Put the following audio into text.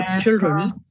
children